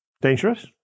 dangerous